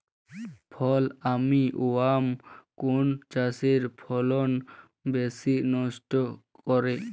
ফল armyworm কোন চাষের ফসল বেশি নষ্ট করে?